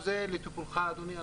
זה לטיפולך, אדוני.